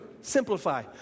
Simplify